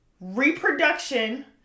reproduction